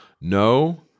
No